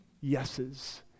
yeses